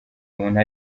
umuntu